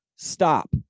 Stop